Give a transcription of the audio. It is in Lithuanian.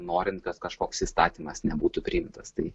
norint kad kažkoks įstatymas nebūtų priimtas tai